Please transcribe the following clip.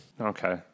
Okay